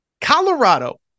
colorado